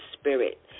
spirit